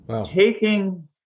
taking